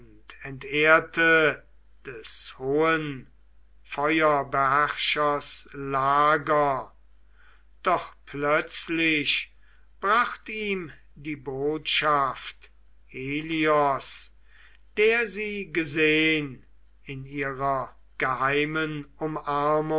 entehrte des hohen feuerbeherrschers lager doch plötzlich bracht ihm die botschaft helios der sie gesehn in ihrer geheimen umarmung